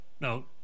No